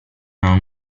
una